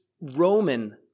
Roman